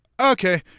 okay